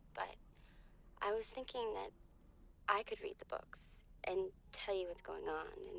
but i was thinking that i could read the books and tell you what's going on.